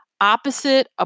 opposite